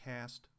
cast